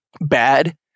bad